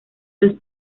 los